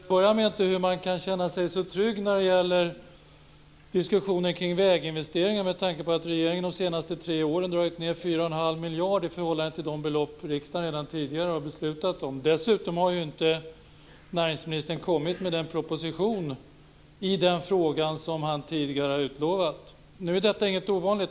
Fru talman! Jag förstår inte hur man kan känna sig så trygg när det gäller diskussioner om väginvesteringar med tanke på att regeringen de senaste tre åren har dragit ned 4 1⁄2 miljarder i förhållande till de belopp riksdagen redan tidigare har beslutat om. Dessutom har ju näringsministern inte kommit med den proposition i denna fråga som han tidigare har utlovat.